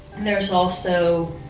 and there is also